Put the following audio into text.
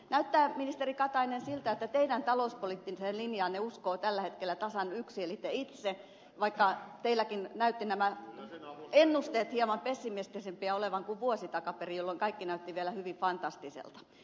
näyttää ministeri katainen siltä että teidän talouspoliittiseen linjaanne uskoo tällä hetkellä tasan yksi eli te itse vaikka teilläkin näyttivät nämä ennusteet hieman pessimistisempiä olevan kuin vuosi takaperin jolloin kaikki näytti vielä hyvin fantastiselta